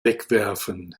wegwerfen